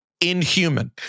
inhuman